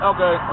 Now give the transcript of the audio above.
Okay